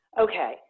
Okay